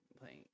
playing